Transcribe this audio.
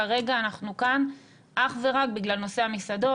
כרגע אנחנו כאן אך ורק בגלל נושא המסעדות,